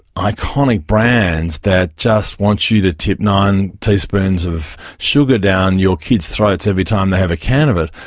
iconic brands that just want you to tip nine teaspoons of sugar down your kids' throats every time they have a can of it,